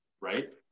right